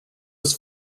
was